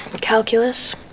Calculus